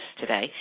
today